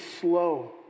slow